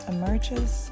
emerges